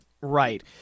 Right